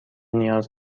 نیاز